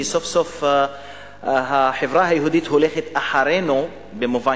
כי סוף-סוף החברה היהודית הולכת אחרינו במובן